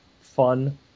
fun